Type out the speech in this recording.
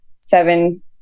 seven